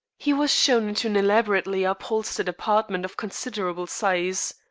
he was shown into an elaborately upholstered apartment of considerable size.